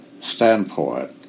standpoint